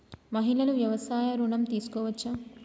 మహిళలు వ్యవసాయ ఋణం తీసుకోవచ్చా?